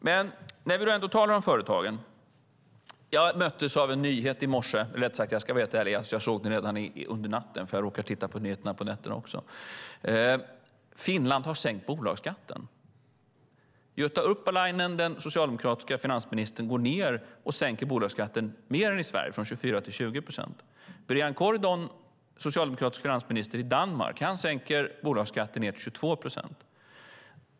Men när vi nu ändå talar om företagen: Jag möttes i morse - eller för att vara helt ärlig såg jag den redan under natten, för jag råkar titta på nyheterna även på nätterna - av nyheten att Finland har sänkt bolagsskatten. Jutta Urpilainen, den socialdemokratiska finansministern, sänker bolagsskatten mer än i Sverige, från 24 till 20 procent. Bjarne Corydon, socialdemokratisk finansminister i Danmark, sänker bolagsskatten till 22 procent.